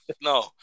No